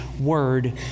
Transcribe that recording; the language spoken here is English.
Word